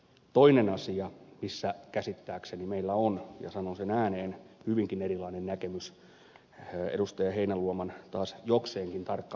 toinen asia missä käsittääkseni meillä on ja sanon sen ääneen hyvinkin erilainen näkemys